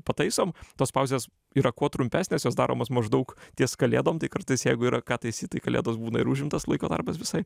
pataisom tos pauzės yra kuo trumpesnės jos daromos maždaug ties kalėdom tai kartais jeigu yra ką taisyt tai kalėdos būna ir užimtas laiko darbas visai